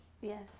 Yes